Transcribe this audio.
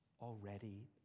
already